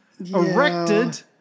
Erected